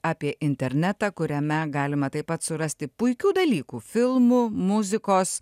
apie internetą kuriame galima taip pat surasti puikių dalykų filmų muzikos